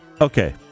Okay